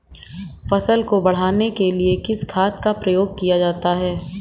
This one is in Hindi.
फसल को बढ़ाने के लिए किस खाद का प्रयोग किया जाता है?